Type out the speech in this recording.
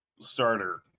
starter